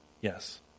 Yes